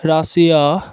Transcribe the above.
Russia